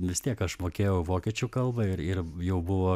vis tiek aš mokėjau vokiečių kalbą ir ir jau buvo